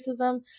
racism